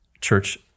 church